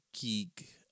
geek